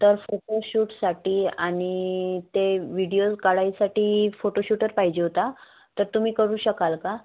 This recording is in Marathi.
तर फोटोशूटसाठी आणि ते व्हिडिओ काढायसाठी फोटोशूटर पाहिजे होता तर तुम्ही करू शकाल का